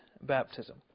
baptism